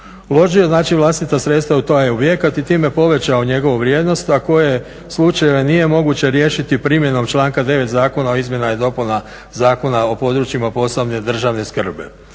Uložio je znači vlastita sredstva u taj objekat i time povećao njegovu vrijednost, a koje slučajeve nije moguće riješiti primjenom članka 9. Zakona o izmjenama i dopunama Zakona o područjima posebne državne skrbi.